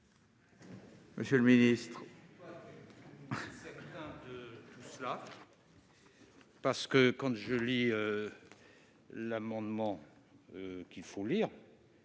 monsieur le ministre,